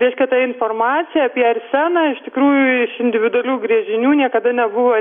reiškia ta informacija apie arseną iš tikrųjų iš individualių gręžinių niekada nebuvo